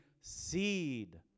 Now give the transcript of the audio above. seed